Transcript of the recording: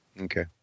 okay